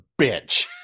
bitch